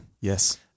yes